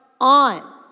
on